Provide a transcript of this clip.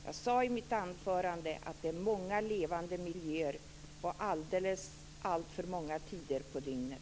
Jag sade i mitt anförande att det är många levande miljöer alltför många tider på dygnet.